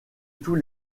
tous